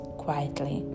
quietly